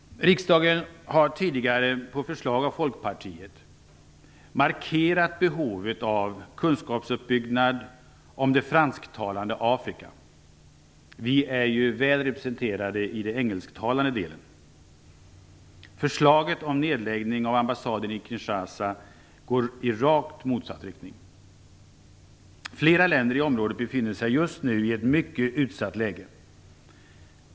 Riksdagen har tidigare, på förslag av Folkpartiet, markerat behov av kunskapsuppbyggnad om det fransktalande Afrika - vi är ju väl representerade i den engelsktalande delen. Förslaget om nedläggning av ambassaden i Kinshasa går i rakt motsatt riktning. Flera länder i området befinner sig just nu i ett mycket utsatt läge.